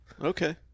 Okay